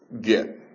get